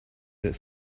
that